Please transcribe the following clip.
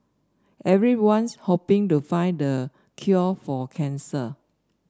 everyone's hoping to find the cure for cancer